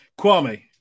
Kwame